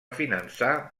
finançar